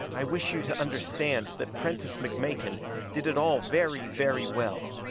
i wish you to understand that prentiss mcmakin did it all very, very well.